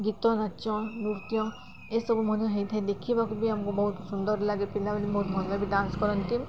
ଗୀତ ନାଚ ନୃତ୍ୟ ଏସବୁ ମଧ୍ୟ ହେଇଥାଏ ଦେଖିବାକୁ ବି ଆମକୁ ବହୁତ ସୁନ୍ଦର ଲାଗେ ପିଲାମାନେ ବହୁତ ଭଲ ବି ଡାନ୍ସ କରନ୍ତି